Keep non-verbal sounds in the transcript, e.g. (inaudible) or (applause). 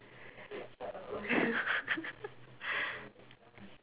(laughs)